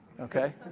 Okay